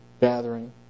gathering